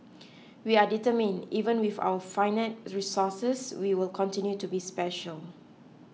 we are determined even with our finite resources we will continue to be special